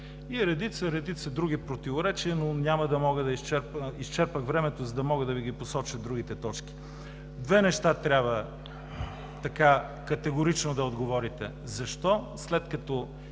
и редица, редица други противоречия, но няма да мога да изчерпя, изчерпах времето, за да мога да Ви посоча другите точки. На две неща трябва категорично да отговорите. Защо след като